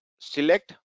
select